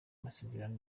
masezerano